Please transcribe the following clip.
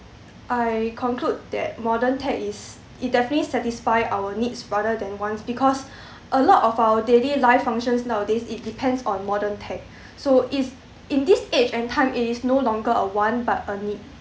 I conclude that modern tech is it definitely satisfy our needs rather than wants because a lot of our daily life functions nowadays it depends on modern tech so it's in this age and time it is no longer a want but a need